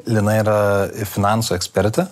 lina yra ir finansų ekspertė